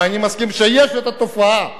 ואני מסכים שיש תופעה,